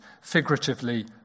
figuratively